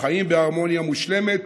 שבה חיים בהרמוניה מושלמת,